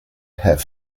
have